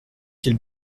quel